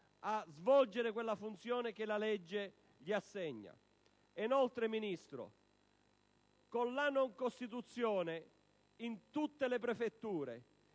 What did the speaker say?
a svolgere la funzione che la legge gli assegna. Infine, Ministro, con la mancata costituzione in tutte le prefetture